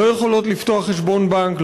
הן לא יכולות לפתוח חשבון בנק,